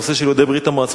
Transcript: הנושא של יהודי ברית-המועצות,